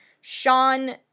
Sean